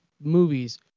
movies